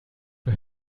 für